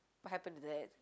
what happen to that